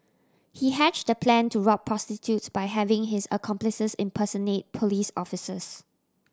he hatched the plan to rob prostitutes by having his accomplices impersonate police officers